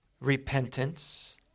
repentance